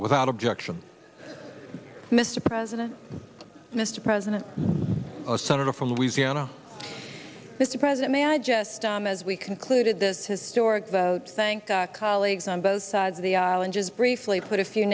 without objection mr president mr president a senator from louisiana mr president may i just as we concluded this historic vote thank colleagues on both sides of the aisle and just briefly put a few